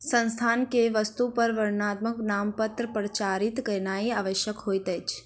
संस्थान के वस्तु पर वर्णात्मक नामपत्र प्रचारित केनाई आवश्यक होइत अछि